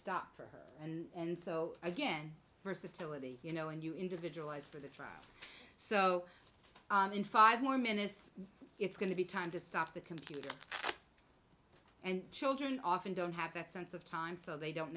stop for her and so again versatility you know and you individualize for the trial so in five more minutes it's going to be time to stop the computer and children often don't have that sense of time so they don't